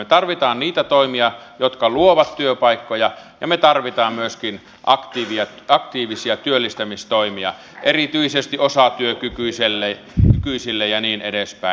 me tarvitsemme niitä toimia jotka luovat työpaikkoja ja me tarvitsemme myöskin aktiivisia työllistämistoimia erityisesti osatyökykyisille ja niin edespäin